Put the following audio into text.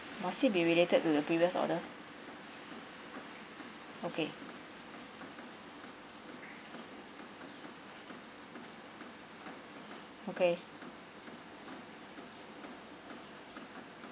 must it related to the previous order okay okay